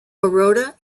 baroda